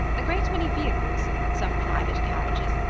a great many vehicles some private carriages,